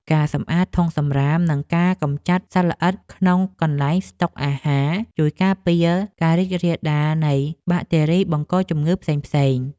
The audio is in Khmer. ការសម្អាតធុងសម្រាមនិងការកម្ចាត់សត្វល្អិតក្នុងកន្លែងស្តុកអាហារ ជួយការពារការរីករាលដាលនៃបាក់តេរីបង្កជំងឺផ្សេងៗ។